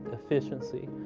efficiency,